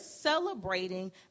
celebrating